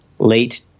late